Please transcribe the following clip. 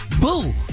Boo